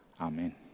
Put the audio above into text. amen